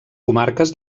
comarques